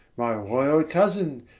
my royall cousin,